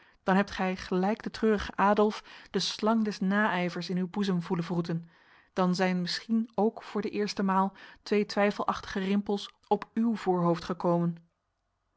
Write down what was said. heeft dan hebt gij gelijk de treurige adolf de slang des naijvers in uw boezem voelen wroeten dan zijn misschien ook voor de eerste maal twee twijfelachtige rimpels op uw voorhoofd gekomen